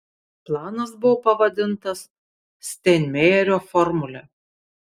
planas buvo pavadintas steinmeierio formule